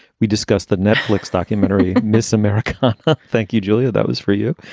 we discuss the netflix documentary, miss america. thank you, julia. that was for you.